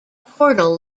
portal